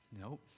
Nope